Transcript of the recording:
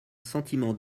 sentiment